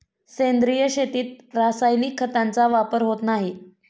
सेंद्रिय शेतीत रासायनिक खतांचा वापर होत नाही